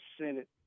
Senate